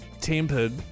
tempered